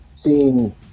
seen